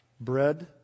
bread